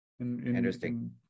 interesting